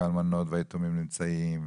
האלמנות והיתומים נמצאים,